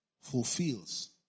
fulfills